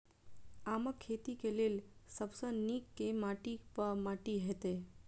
आमक खेती केँ लेल सब सऽ नीक केँ माटि वा माटि हेतै?